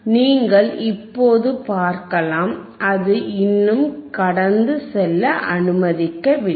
நீங்கள் இப்போது பார்க்கலாம் அது இன்னும் கடந்து செல்ல அனுமதிக்கவில்லை